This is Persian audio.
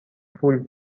پول